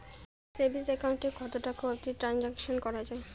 Savings account এ কতো টাকা অবধি ট্রানসাকশান করা য়ায়?